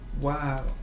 wow